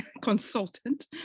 consultant